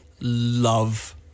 love